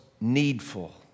needful